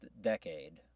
decade